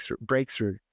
breakthrough